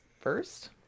first